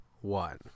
One